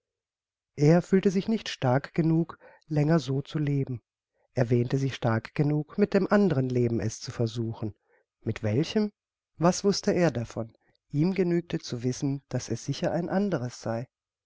er fühlte sich nicht stark genug länger so zu leben er wähnte sich stark genug mit einem andern leben es zu versuchen mit welchem was wußte er davon ihm genügte zu wissen daß es sicher ein anderes sei